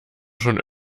schon